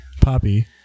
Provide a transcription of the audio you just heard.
Poppy